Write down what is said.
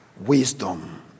wisdom